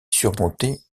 surmontée